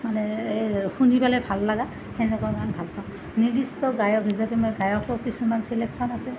মানে শুনি পেলাই ভাল লগা সেনেকুৱা গান ভাল পাওঁ নিৰ্দিষ্ট গায়ক হিচাপে মোৰ গায়কো কিছুমান চিলেকশ্যন আছে